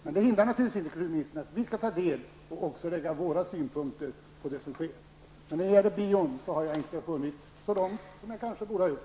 Men det hindrar naturligtvis inte, kulturministern, att vi skall ta del av och lägga våra synpunkter på vad som sker. När det gäller bio har jag inte hunnit så långt som jag kanske borde ha gjort.